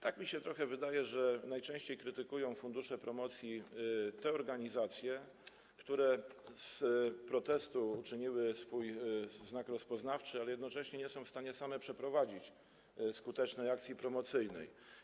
Tak mi się trochę wydaje, że najczęściej krytykują fundusze promocji te organizacje, które z protestu uczyniły swój znak rozpoznawczy, ale jednocześnie nie są w stanie same przeprowadzić skutecznej akcji promocyjnej.